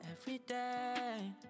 everyday